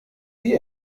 die